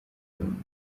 burundu